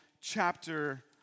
chapter